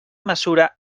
mesura